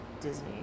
Disney